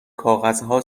کاغذها